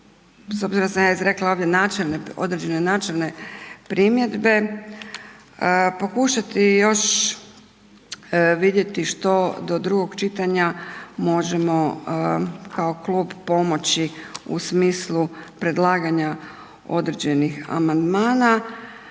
obzirom da sam ja izrekla ovdje načelne, određene načelne primjedbe pokušati još vidjeti što do drugom čitanja možemo kao klub pomoći u smislu predlaganja određenih amandmana